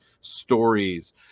stories